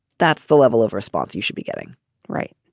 that's the level of response you should be getting right